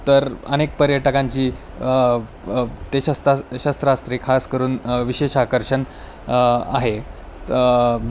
तर अनेक पर्यटकांची ते शस्ता शस्त्रास्त्रे खास करून विशेष आकर्षण आहे तं